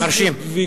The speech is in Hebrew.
מרשים, מרשים.